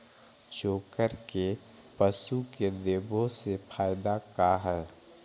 चोकर के पशु के देबौ से फायदा का है?